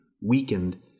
weakened